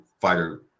fighter